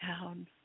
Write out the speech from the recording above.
down